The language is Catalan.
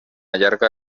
llarga